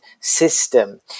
system